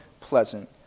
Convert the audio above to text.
pleasant